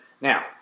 Now